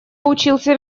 учился